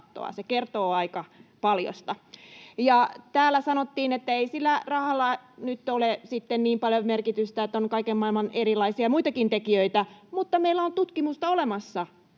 Se kertoo aika paljosta. Täällä sanottiin, että ei sillä rahalla nyt ole sitten niin paljoa merkitystä, että on kaiken maailman muitakin tekijöitä, mutta meillä on tutkimusta olemassa: